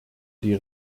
die